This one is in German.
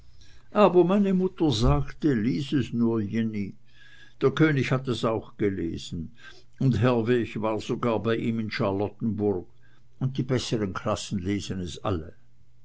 aber meine mutter sagte lies es nur jenny der könig hat es auch gelesen und herwegh war sogar bei ihm in charlottenburg und die besseren klassen lesen es alle